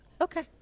Okay